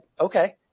okay